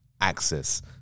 access